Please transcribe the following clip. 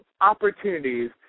opportunities